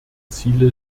ziele